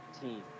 team